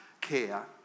care